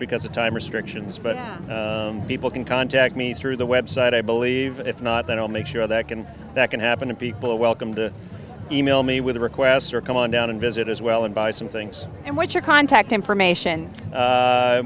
because the time restrictions but people can contact me through the website i believe if not then i'll make sure that that can happen and people are welcome to email me with requests or come on down and visit as well and buy some things and what your contact information